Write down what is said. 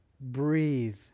Breathe